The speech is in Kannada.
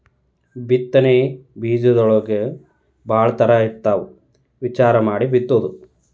ಬಿತ್ತನೆ ಬೇಜದೊಳಗೂ ಭಾಳ ತರಾ ಇರ್ತಾವ ವಿಚಾರಾ ಮಾಡಿ ಬಿತ್ತುದು